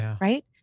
right